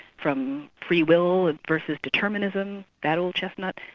from free will versus determinism, that old chestnut.